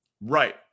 Right